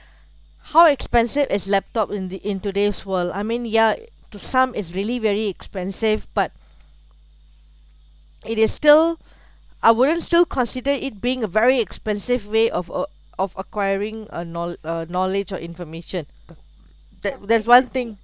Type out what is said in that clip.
how expensive is laptop in the in today's world I mean ya to some is really very expensive but it is still I wouldn't still consider it being a very expensive way of ac~ of acquiring a know~ uh knowledge or information that that's one thing